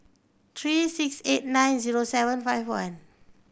three six eight nine zero seven five one